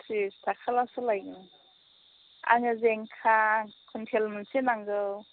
ट्रिस थाखा ब्लासो लायगोन आंनो जिंखा कुइन्टेल मोनसे नांगौ